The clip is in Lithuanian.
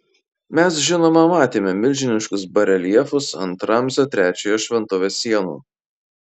mes žinoma matėme milžiniškus bareljefus ant ramzio trečiojo šventovės sienų